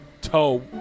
toe